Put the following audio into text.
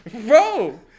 Bro